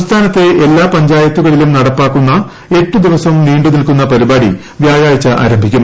സംസ്ഥാനത്തെ എല്ലാ പഞ്ചായത്തുകളിലും നടപ്പാക്കുന്ന എട്ടു ദിവസം നീണ്ടു നിൽക്കുന്ന പരിപാടി വ്യാഴാഴ്ച ആരംഭിക്കും